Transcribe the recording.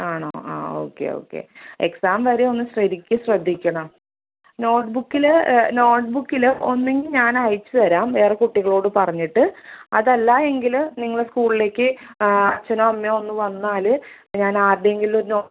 ആണോ ആ okay okay exam വെരെയൊന്ന് ശരിക്ക് ശ്രദ്ധിക്കണം നോട്ട് ബുക്കിൽ നോട്ട് ബുക്കിൽ ഒന്നെങ്കിൽ ഞാനയച്ച് തരാം വേറെ കുട്ടികളോട് പറഞ്ഞിട്ട് അതല്ലായെങ്കിൽ നിങ്ങൾ സ്കൂളിലേക്ക് അഛനോ അമ്മയോ ഒന്ന് വന്നാൽ ഞാനാരുടെയെങ്കിലും ഒരു നോ